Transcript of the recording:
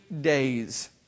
days